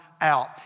out